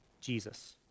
Jesus